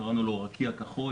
קראנו לו רקיע כחול,